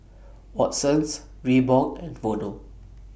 Watsons Reebok and Vono